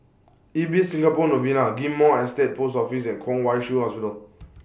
Ibis Singapore Novena Ghim Moh Estate Post Office and Kwong Wai Shiu Hospital